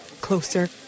closer